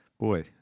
Boy